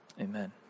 Amen